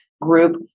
group